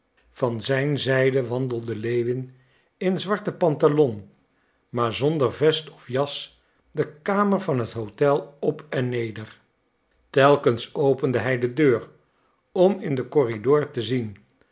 van zijn zijde wandelde lewin in zwarte pantalon maar zonder vest of jas de kamer van het hotel op en neder telkens opende hij de deur om in den corridor te zien